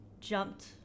jumped